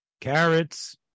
carrots